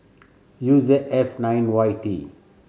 U Z F nine Y T